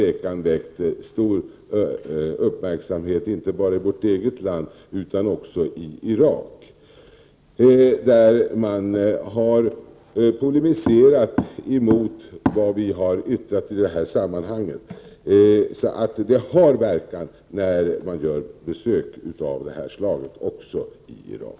1988/89:83 uppmärksamhet inte bara i vårt eget land, utan också i Irak. Man har där 17 mars 1989 polemiserat mot det vi yttrat i detta sammanhang. Det har verkan när man OR KRA SA gör besök av det här slaget — även i Irak.